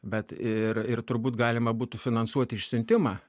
bet ir ir turbūt galima būtų finansuoti išsiuntimą